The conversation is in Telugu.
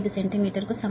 75 సెంటీమీటర్కు సమానం